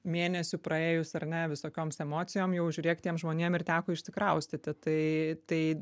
mėnesių praėjus ar ne visokioms emocijom jau žiūrėk tiem žmonėm ir teko išsikraustyti tai tai